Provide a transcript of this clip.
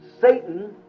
Satan